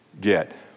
get